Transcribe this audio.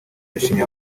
yashimye